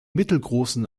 mittelgroßen